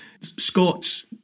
Scots